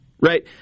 right